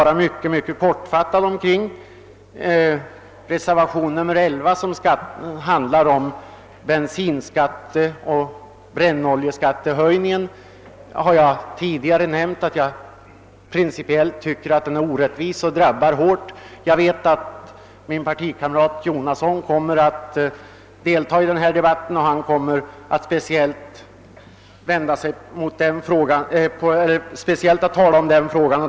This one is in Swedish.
Reservationen 11 avser bensinoch brännoljeskattehöjningen, vilken jag som sagt anser principiellt vara orättvis. Den drabbar hårt. Jag vet att min partikamrat herr Jonasson kommer att delta i denna debatt och då speciellt tala om denna fråga.